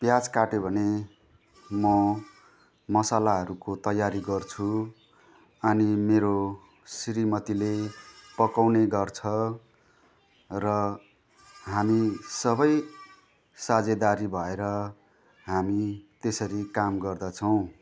प्याज काट्यो भने म मसलाहरूको तयारी गर्छु अनि मेरो श्रीमतीले पकाउने गर्छ र हामी सबै साझेदारी भएर हामी त्यसरी काम गर्दछौँ